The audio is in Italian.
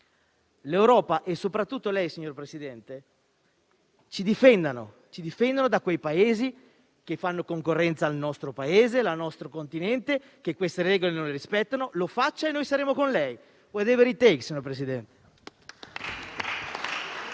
l'Europa e soprattutto lei, signor Presidente, difendeteci da quei Paesi che fanno concorrenza al nostro Continente, che queste regole non le rispettano. Fatelo e noi saremo con lei, *whatever it takes*, signor Presidente.